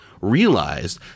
realized